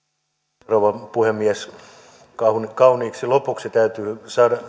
arvoisa rouva puhemies kauniiksi lopuksi täytyy